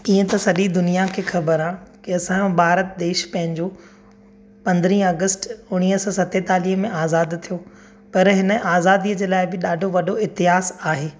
ईअं त सॼी दुनिया खें ख़बरु आहे की असांजो भारत देश पंहिंजो पंद्रहं अगस्ट उणिवीह सौ सतेतालीह में आज़ादु थियो पर हिन आज़ादीअ जे लाइ बि ॾाढो वॾो इतिहास आहे